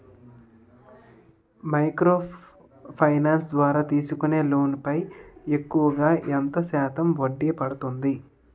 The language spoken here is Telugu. మైక్రో ఫైనాన్స్ ద్వారా తీసుకునే లోన్ పై ఎక్కువుగా ఎంత శాతం వడ్డీ పడుతుంది?